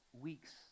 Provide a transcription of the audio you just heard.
weeks